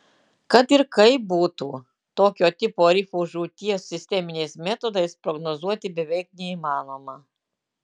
kad ir kaip būtų tokio tipo rifų žūties sisteminiais metodais prognozuoti beveik neįmanoma